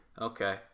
Okay